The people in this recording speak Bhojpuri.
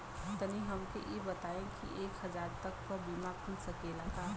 तनि हमके इ बताईं की एक हजार तक क बीमा खुल सकेला का?